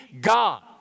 God